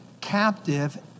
captive